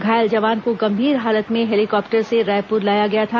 घायल जवान को गंभीर हालत में हेलीकॉप्टर से रायंपुर लाया गया था